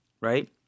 right